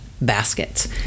baskets